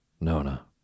Nona